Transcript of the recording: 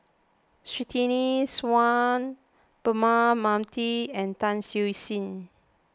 Surtini Sarwan Braema Mathi and Tan Siew Sin